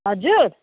हजुर